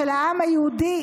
של העם היהודי,